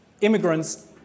immigrants